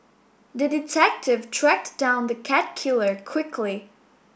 the detective tracked down the cat killer quickly